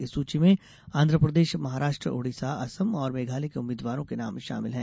इस सूची में आंध्र प्रदेश महाराष्ट्र ओड़िसा असम और मेघालय के उम्मीद्वारों के नाम शामिल हैं